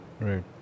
Right